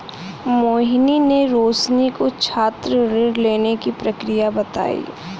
मोहिनी ने रोशनी को छात्र ऋण लेने की प्रक्रिया बताई